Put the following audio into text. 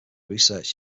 research